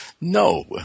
No